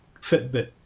Fitbit